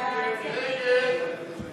ההסתייגות של חברי